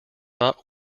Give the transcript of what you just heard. not